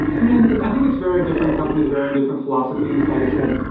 and i think it's very different companies, varying different philosophies. like i said,